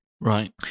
Right